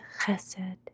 chesed